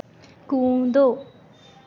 कूदो